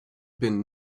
been